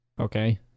Okay